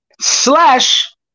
Slash